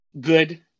good